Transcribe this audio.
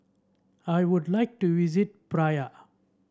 I would like to visit Praia